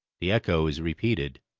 the echo was repeated,